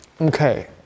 Okay